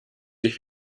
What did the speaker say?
sich